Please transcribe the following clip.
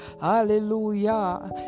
Hallelujah